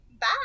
Bye